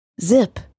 Zip